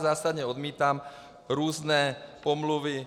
Zásadně odmítám různé pomluvy.